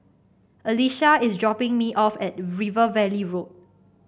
Elisha is dropping me off at River Valley Road